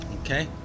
Okay